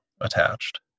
attached